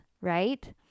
right